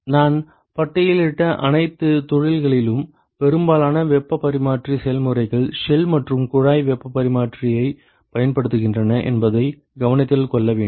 நான் பட்டியலிட்ட அனைத்து தொழில்களிலும் பெரும்பாலான வெப்ப பரிமாற்ற செயல்முறைகள் ஷெல் மற்றும் குழாய் வெப்பப் பரிமாற்றியைப் பயன்படுத்துகின்றன என்பதை கவனத்தில் கொள்ள வேண்டும்